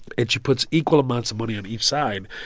and she puts equal amounts of money on each side,